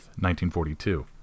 1942